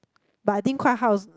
but I think quite high also